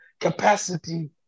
capacity